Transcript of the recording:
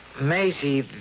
Maisie